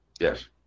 Yes